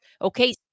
Okay